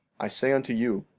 i say unto you,